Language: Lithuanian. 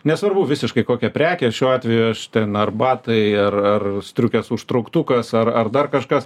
nesvarbu visiškai kokia prekė šiuo atveju aš ten arbatai ar ar striukės užtrauktukas ar ar dar kažkas